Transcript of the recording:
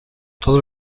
todos